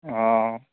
हँ